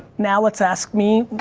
now let's ask me,